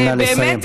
נא לסיים.